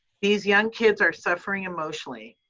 these young kids are suffering emotionally.